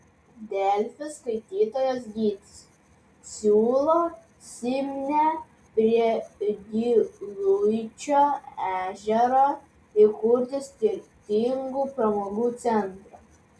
delfi skaitytojas gytis siūlo simne prie giluičio ežero įkurti skirtingų pramogų centrą